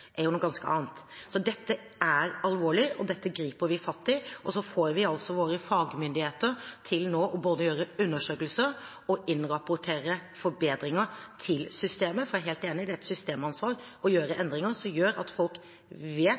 er noe ganske annet. Dette er alvorlig, og dette griper vi fatt i. Så får vi nå våre fagmyndigheter til å gjøre undersøkelser og innrapportere forbedringer til systemet. Jeg er helt enig i at det er et systemansvar å gjøre endringer som gjør at folk vet